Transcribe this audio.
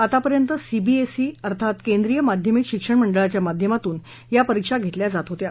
आतापर्यंत सीबीएसई केंद्रीय माध्यमिक शिक्षण मंडळाच्या माध्यमातून या परीक्षा घेतल्या जात होत्या